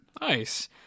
Nice